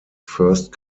first